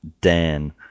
Dan